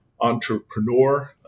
entrepreneur